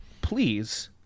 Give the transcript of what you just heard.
please